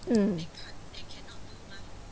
mm